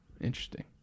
Interesting